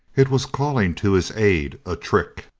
it was calling to his aid a trick,